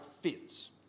fits